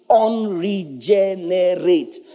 unregenerate